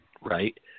right